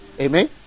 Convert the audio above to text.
amen